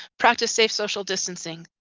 practice safe social distancing.